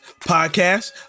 Podcast